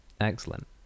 Excellent